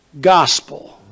gospel